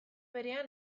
berean